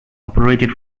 operated